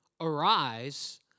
Arise